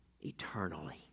eternally